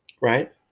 right